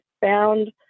found